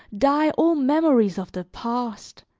die all memories of the past,